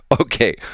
okay